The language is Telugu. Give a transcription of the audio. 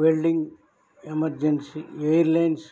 వాలింగ్ ఎమర్జెన్సీ ఎయిర్లైన్స్